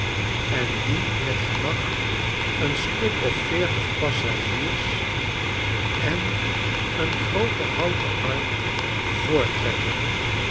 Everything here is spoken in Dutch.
en die met gemak een stuk of veertig passagiers en een groote houten ark voorttrekken